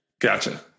Gotcha